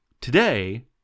Today